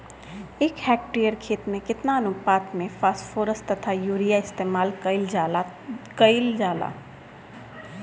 एक हेक्टयर खेत में केतना अनुपात में फासफोरस तथा यूरीया इस्तेमाल कईल जाला कईल जाला?